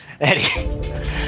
Eddie